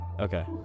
okay